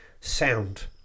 sound